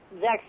Zach